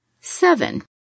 seven